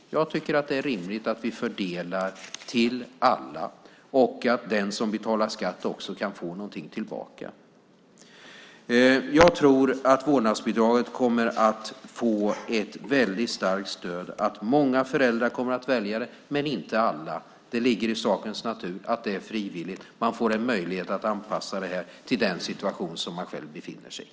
Jag tycker att det är rimligt att vi fördelar till alla och att den som betalar skatt också kan få någonting tillbaka. Jag tror att vårdnadsbidraget kommer att få ett väldigt starkt stöd. Många föräldrar kommer att välja det, men inte alla. Det ligger i sakens natur att det är frivilligt. Man får en möjlighet att anpassa det här till den situation som man själv befinner sig i.